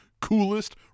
coolest